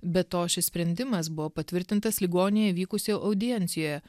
be to šis sprendimas buvo patvirtintas ligoninėje vykusioje audiencijoje